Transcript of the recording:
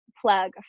plug